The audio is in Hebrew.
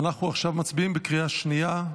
אנחנו מצביעים עכשיו בקריאה שנייה.